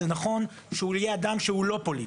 זה נכון שהוא יהיה אדם שהוא לא פוליטי.